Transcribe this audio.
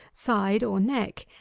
side, or neck,